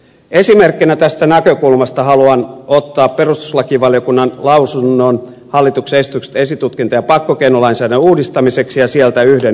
esimerkkinä tästä näkökulmasta haluan ottaa perustuslakivaliokunnan lausunnon hallituksen esityksestä esitutkinta ja pakkokeinolainsäädännön uudistamiseksi ja sieltä yhden yksityiskohdan